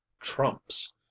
trumps